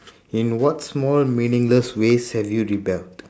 in what small meaningless ways have you rebelled